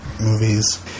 movies